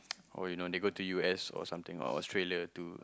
or you know they go to U_S or something or Australia too